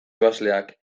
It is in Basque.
ebasleak